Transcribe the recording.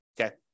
okay